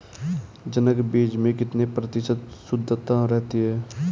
जनक बीज में कितने प्रतिशत शुद्धता रहती है?